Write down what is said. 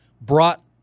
Brought